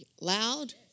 loud